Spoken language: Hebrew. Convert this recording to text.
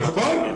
נכון.